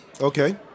Okay